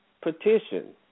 petition